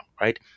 right